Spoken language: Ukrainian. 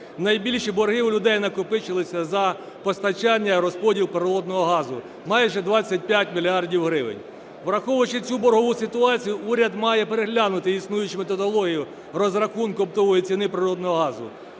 найбільші борги у людей накопичилися за постачання, розподіл природного газу – майже 25 мільярдів гривень. Враховуючи цю боргову ситуацію, уряд має переглянути існуючу методологію в розрахунку оптової ціни природного газу.